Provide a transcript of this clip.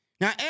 Now